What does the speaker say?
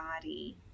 body